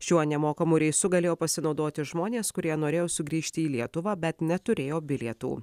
šiuo nemokamu reisu galėjo pasinaudoti žmonės kurie norėjo sugrįžti į lietuvą bet neturėjo bilietų